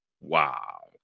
Wow